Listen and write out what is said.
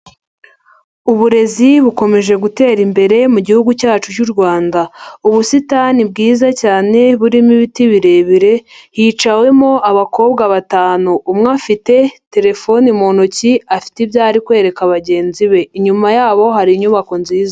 Uburezi bukomeje gutera imbere mu gihugu cyacu cy'u Rwanda, ubusitani bwiza cyane burimo ibiti birebire hiciwemo abakobwa batanu, umwe afite telefoni mu ntoki afite ibyori kwereka bagenzi be, inyuma yabo hari inyubako nziza.